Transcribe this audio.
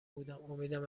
بودم، امیدم